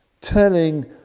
telling